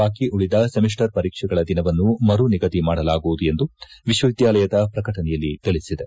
ಬಾಕಿ ಉಳಿದ ಸೆಮಿಸ್ಟರ್ ಪರೀಕ್ಷೆಗಳ ದಿನವನ್ನು ಮರು ನಿಗದಿ ಮಾಡಲಾಗುವುದು ಎಂದು ವಿಶ್ವವಿದ್ಕಾಲಯದ ಪ್ರಕಟಣೆಯಲ್ಲಿ ತಿಳಿಸಿದೆ